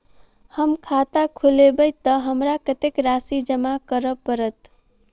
हम खाता खोलेबै तऽ हमरा कत्तेक राशि जमा करऽ पड़त?